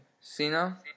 Sina